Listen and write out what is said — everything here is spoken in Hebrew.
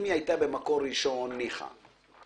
היא הייתה במקור ראשון, ניחא.